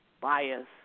bias